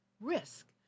risk